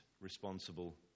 responsible